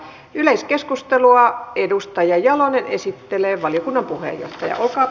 yleiskeskustelua edustaja jalonen esittelee valiokunnan puheenjohtaja